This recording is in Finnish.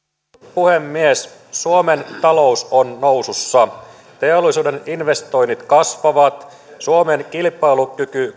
puhemies suomen talous on nousussa teollisuuden investoinnit kasvavat suomen kilpailukyky